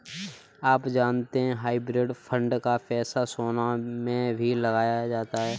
आप जानते है हाइब्रिड फंड का पैसा सोना में भी लगाया जाता है?